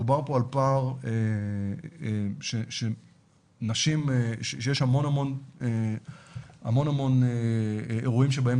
דובר פה על פער שיש המון המון אירועים שבהם